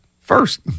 first